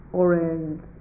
orange